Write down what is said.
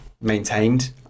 maintained